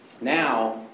now